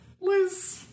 Liz